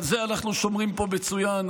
על זה אנחנו שומרים פה מצוין,